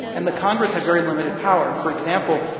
and the congress had very limited power. for example,